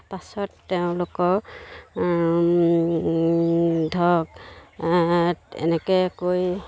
পাছত তেওঁলোকৰ ধৰক এনেকৈ কৰি